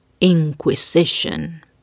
inquisition